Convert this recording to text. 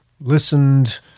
listened